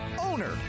Owner